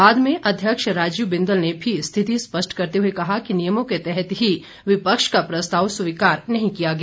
बाद में अध्यक्ष राजीव बिंदल ने भी स्थिति स्पष्ट करते हुए कहा कि नियमों के तहत ही विपक्ष का प्रस्ताव स्वीकार नहीं किया गया